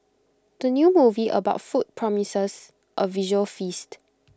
the new movie about food promises A visual feast